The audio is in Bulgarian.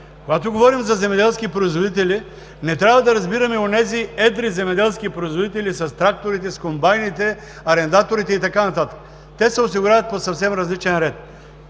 Когато говорим за земеделски производители, не трябва да разбираме онези едри земеделски производители с тракторите, с комбайните, арендаторите и така нататък. Те се осигуряват по съвсем различен ред.